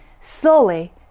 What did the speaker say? Slowly